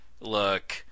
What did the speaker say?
look